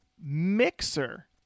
mixer